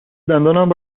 دندانم